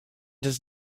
does